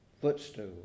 footstool